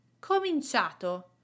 cominciato